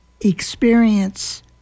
experience